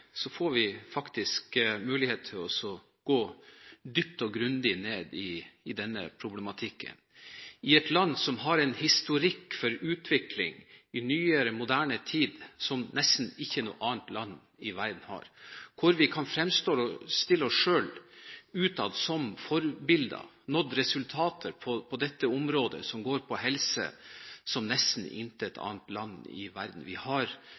får vi faktisk mulighet til å gå dypt og grundig ned i denne problematikken – i et land som har en historikk for utvikling i nyere moderne tid som nesten ikke noe annet land i verden har, hvor vi kan fremstille oss selv som forbilde utad. Vi har nådd resultater på helseområdet som nesten intet annet land i verden. Vi har systemer og sikkerhetsnett rundt oss som nesten